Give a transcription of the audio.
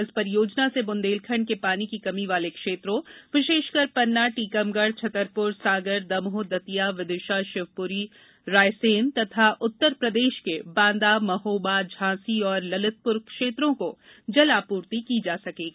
इस परियोजना से बुंदेलखंड के पानी की कमी वाले क्षेत्रों विशेषकर पन्नार टीकमगढ छतरपुर सागर दमोह दतिया विदिशा शिवपूरी और रायसेन तथा उत्तर प्रदेश के बांदा महोबा झांसी और ललितप्र क्षेत्रों को जल आपूर्ति की जा सकेगी